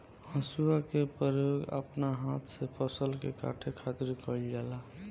हसुआ के प्रयोग अपना हाथ से फसल के काटे खातिर कईल जाला